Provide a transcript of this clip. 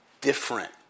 different